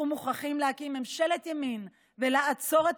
אנחנו מוכרחים להקים ממשלת ימין ולעצור את